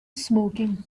smoking